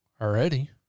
already